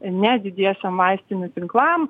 ne didiesiem vaistinių tinklam